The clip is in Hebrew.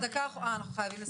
אנחנו חייבים לסיים.